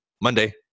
Monday